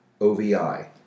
OVI